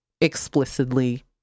explicitly